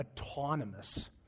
autonomous